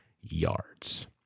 yards